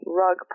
rug